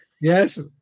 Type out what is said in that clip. Yes